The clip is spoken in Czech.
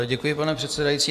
Děkuji, pane předsedající.